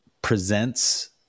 Presents